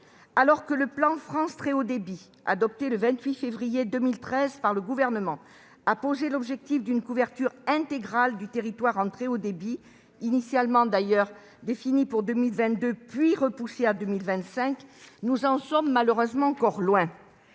Alors que le plan France Très haut débit, adopté le 28 février 2013 par le Gouvernement, a fixé l'objectif d'une couverture intégrale du territoire en très haut débit d'abord en 2022, puis en 2025, nous en sommes malheureusement encore loin.